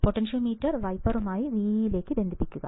potentiometer വൈപ്പറുമായി Veeലേക്ക് ബന്ധിപ്പിക്കുക